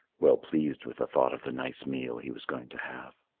well pleased with the thought of the nice meal he was going to have.